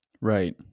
right